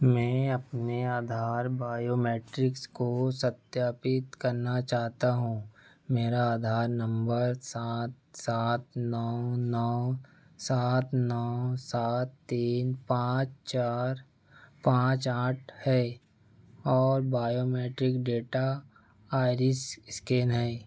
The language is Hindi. मैं अपने आधार बायोमेट्रिक्स को सत्यापित करना चाहता हूँ मेरा आधार नम्बर सात सात नौ नौ सात नौ सात तीन पाँच चार पाँच आठ है और बायोमेट्रिक डेटा आइरिस इस्कैन है